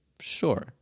Sure